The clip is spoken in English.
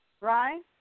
right